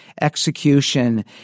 execution